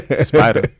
Spider